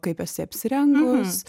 kaip esi apsirengus